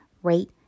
rate